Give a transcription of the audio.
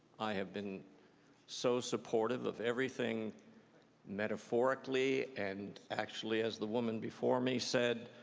i have been so supportive of everything metaphorically and actually as the woman before me said,